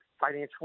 financial